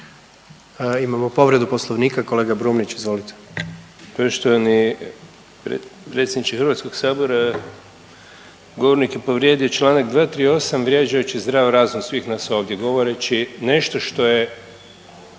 Imamo povredu poslovnika kolega Brumnić izvolite.